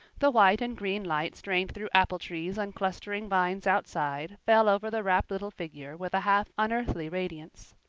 the white and green light strained through apple trees and clustering vines outside fell over the rapt little figure with a half-unearthly radiance.